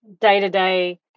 day-to-day